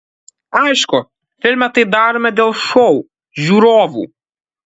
aišku filme tai darome dėl šou žiūrovų